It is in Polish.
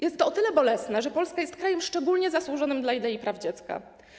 Jest to o tyle bolesne, że Polska jest krajem szczególnie zasłużonym dla idei praw dziecka.